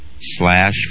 slash